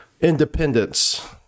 independence